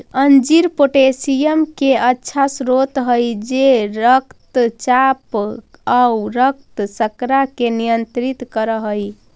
अंजीर पोटेशियम के अच्छा स्रोत हई जे रक्तचाप आउ रक्त शर्करा के नियंत्रित कर हई